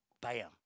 Bam